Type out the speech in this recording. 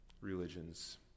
religions